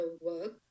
work